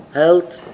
health